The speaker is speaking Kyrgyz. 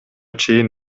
чейин